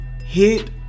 hit